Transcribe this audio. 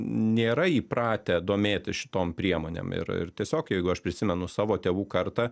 nėra įpratę domėtis šitom priemonėm ir ir tiesiog jeigu aš prisimenu savo tėvų kartą